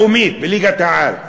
בליגה לאומית, בליגת-העל.